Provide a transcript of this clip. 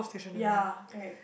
ya correct